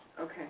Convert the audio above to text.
okay